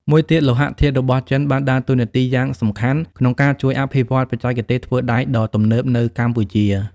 មួយទៀតលោហៈធាតុរបស់ចិនបានដើរតួនាទីយ៉ាងសំខាន់ក្នុងការជួយអភិវឌ្ឍបច្ចេកទេសធ្វើដែកដ៏ទំនើបនៅកម្ពុជា។